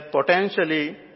potentially